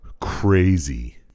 crazy